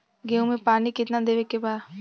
गेहूँ मे पानी कितनादेवे के बा?